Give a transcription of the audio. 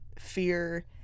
fear